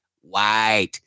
white